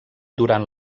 durant